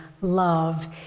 love